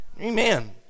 Amen